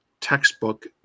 textbook